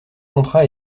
contrat